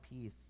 peace